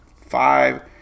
five